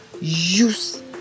use